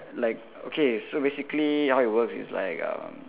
like okay so basically how it works is like um